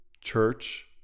church